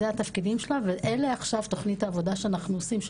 זה התפקידים שלה וזו עכשיו תוכנית העבודה שאנחנו עושים,